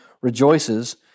rejoices